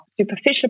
superficial